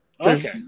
Okay